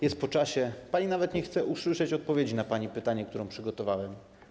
Jest po czasie, pani nawet nie chce usłyszeć odpowiedzi na pani pytanie, którą przygotowałem.